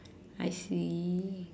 I see